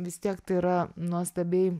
vis tiek tai yra nuostabiai